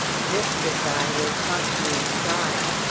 this good-bye will cost me a sigh.